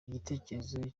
igitekerezo